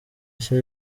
nshya